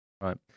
Right